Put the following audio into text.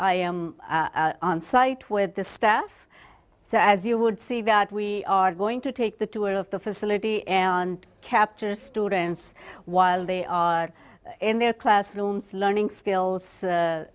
i am onsite with the staff so as you would see that we are going to take the tour of the facility and capture students while they are in their classrooms learning skills